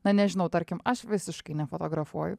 na nežinau tarkim aš visiškai nefotografuoju